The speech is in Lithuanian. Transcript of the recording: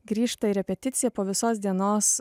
grįžta į repeticiją po visos dienos